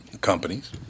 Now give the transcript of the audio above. companies